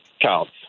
counts